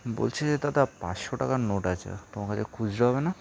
বলছি যে দাদা পাঁচশো টাকার নোট আছে তোমার কাছে খুচরো হবে না